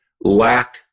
lack